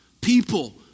People